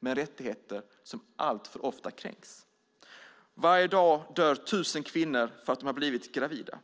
men det är rättigheter som alltför ofta kränks. Varje dag dör 1 000 kvinnor för att de har blivit gravida.